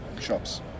shops